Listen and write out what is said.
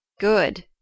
Good